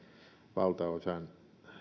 valtaosan